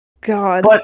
God